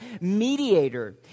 mediator